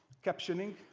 captioning.